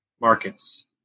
markets